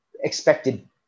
expected